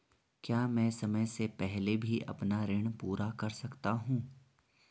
क्या मैं समय से पहले भी अपना ऋण पूरा कर सकता हूँ?